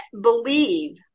believe